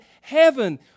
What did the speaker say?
heaven